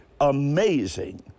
amazing